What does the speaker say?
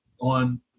on